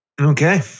Okay